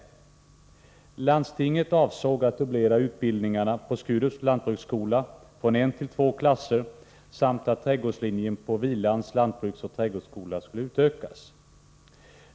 Landstinget avsåg att dubblera utbildningarna på Skurups lantbruksskola från en till två klasser samt att trädgårdslinjen på Hvilans lantbruksoch trädgårdsskola skulle utökas.